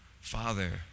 Father